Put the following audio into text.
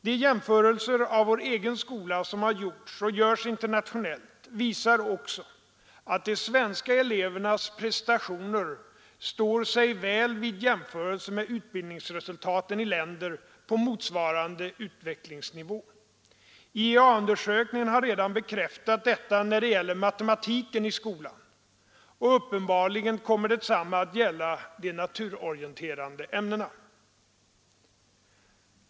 De jämförelser av vår egen skola som har gjorts och görs internationellt visar också att de svenska elevernas prestationer står sig väl vid jämförelse med utbildningsresultaten i länder på motsvarande utvecklingsnivå. IEA-undersökningen har redan bekräftat detta när det gäller matematiken i skolan, och uppenbarligen kommer detsamma att gälla de naturorienterande ämnena.